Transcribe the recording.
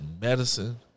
medicine